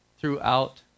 throughout